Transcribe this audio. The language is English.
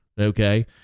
Okay